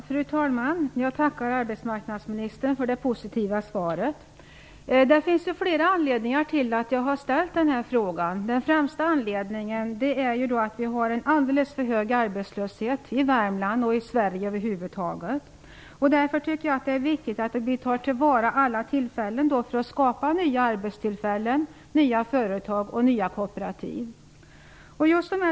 Fru talman! Jag tackar arbetsmarknadsministern för det positiva svaret. Det finns flera anledningar till att jag ställt denna fråga. Den främsta anledningen är att vi har en alldeles för hög arbetslöshet i Värmland och i Sverige över huvud taget. Jag tycker därför att det är viktigt att vi tar till vara alla tillfällen att skapa nya arbetstillfällen, nya företag och nya kooperativ.